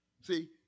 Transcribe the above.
See